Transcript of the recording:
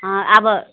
अब